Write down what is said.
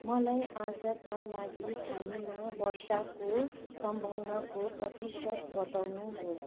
मलाई आजका लागि ठानेमा वर्षाको सम्भावनाको प्रतिशत बताउनुहोस्